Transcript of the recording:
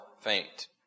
faint